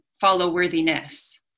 follow-worthiness